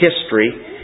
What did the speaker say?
history